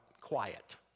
quiet